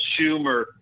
Schumer